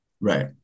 Right